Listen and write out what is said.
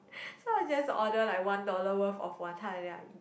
so I just order like one dollar worth of wanton then I